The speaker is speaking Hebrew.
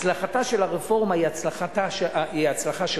הצלחתה של הרפורמה היא הצלחה שלך,